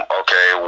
okay